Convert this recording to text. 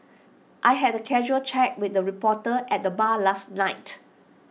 I had A casual chat with A reporter at the bar last night